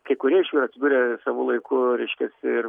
kai kurie iš jų yra atsidūrę savu laiku reiškiasi ir